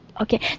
Okay